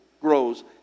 grows